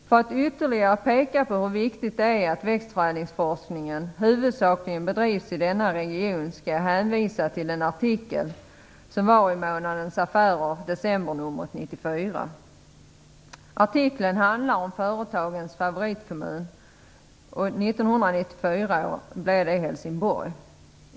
För att ytterligare peka på hur viktigt det är att växtförädlingsforskningen huvudsakligen bedrivs i denna region skall jag hänvisa till en artikel som var införd i Månadens affärer i december 1994. Artikeln handlar om företagens favoritkommun. 1994 blev det Helsingborg.